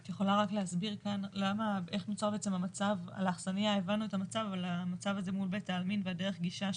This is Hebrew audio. את יכולה רק להסביר איך נוצר המצב הזה מול בית העלמין והדרך גישה,